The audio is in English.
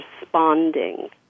responding